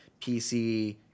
PC